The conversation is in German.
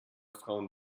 frauen